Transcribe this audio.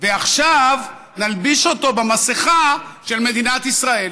ועכשיו נלביש אותו במסכה של מדינת ישראל.